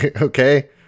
Okay